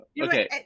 Okay